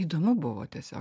įdomu buvo tiesiog